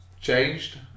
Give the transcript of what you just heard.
Changed